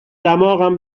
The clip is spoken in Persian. دماغم